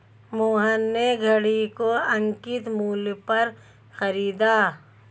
मोहन ने घड़ी को अंकित मूल्य पर खरीदा